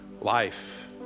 life